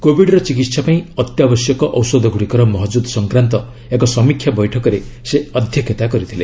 କୋବିଡ୍ର ଚିକିତ୍ସା ପାଇଁ ଅତ୍ୟାବଶ୍ୟକ ଔଷଧ ଗୁଡ଼ିକର ମହକ୍ରୁଦ ସଂକ୍ରାନ୍ତ ଏକ ସମୀକ୍ଷା ବୈଠକରେ ସେ ଅଧ୍ୟକ୍ଷତା କରିଛନ୍ତି